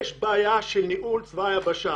יש בעיה של ניהול צבא היבשה.